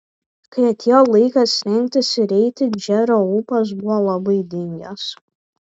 kai atėjo laikas rengtis ir eiti džerio ūpas buvo labai dingęs